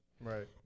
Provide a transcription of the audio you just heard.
Right